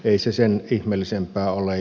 ei se sen ihmeellisempää ole